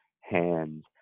hands